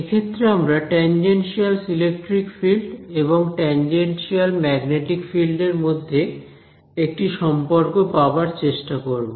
এক্ষেত্রে আমরা tangential electric field এবং টেনজেনশিয়াল ম্যাগনেটিক ফিল্ড এর মধ্যে একটি সম্পর্ক পাবার চেষ্টা করব